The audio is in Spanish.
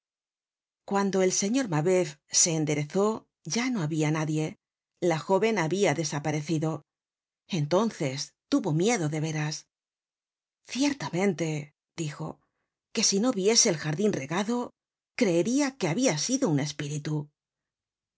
cuando el señor mabeuf se enderezó ya no habia nadie la jóven habia desaparecido entonces tuvo miedo de veras ciertamente dijo que si no viese el jardin regado creeria que habia sido un espíritu